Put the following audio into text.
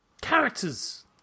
characters